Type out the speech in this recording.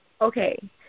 Okay